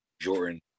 Jordan